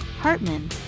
Hartman